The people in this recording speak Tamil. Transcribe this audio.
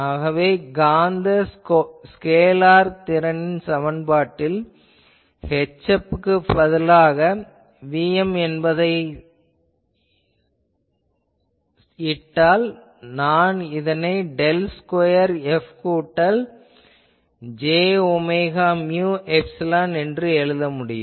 ஆகவே காந்த ஸ்கேலார் திறனின் சமன்பாட்டில் HF -க்குப் பதிலாக Vm என்பதை இட்டால் நான் இதனை டெல் ஸ்கொயர் F கூட்டல் j ஒமேகா மியு எப்சிலான் என்று எழுத முடியும்